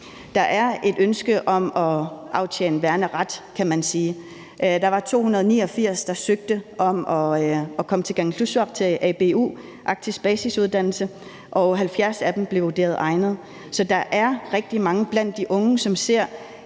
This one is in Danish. Der er et ønske om at aftjene værneret, kan man sige. Der var 289, der søgte om at komme til Kangerlussuaq og på Arktisk Basisuddannelse; 70 af dem blev vurderet egnet. Så der er rigtig mange blandt de unge, som ser